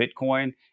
Bitcoin